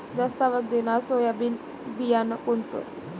जास्त आवक देणनरं सोयाबीन बियानं कोनचं?